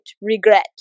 regret